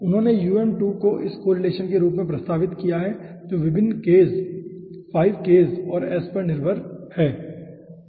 उन्होंने um2 को इस कोरिलेसन के रूप में प्रस्तावित किया है जो विभिन्न Ks 5 Ks और s पर निर्भर है ठीक है